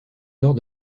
nord